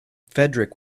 fedric